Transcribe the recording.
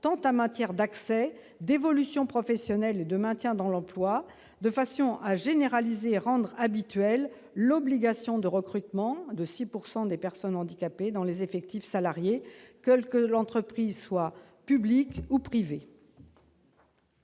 tant en matière d'accès, d'évolution professionnelle que de maintien dans l'emploi, de façon à généraliser et rendre habituelle l'obligation de recrutement de 6 % de personnes handicapées dans les effectifs salariés, que l'entreprise soit publique ou privée.